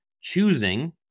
choosing